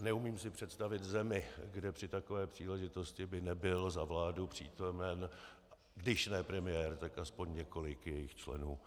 Neumím si představit zemi, kde při takové příležitosti by nebyl za vládu přítomen když ne premiér, tak aspoň několik jejích členů.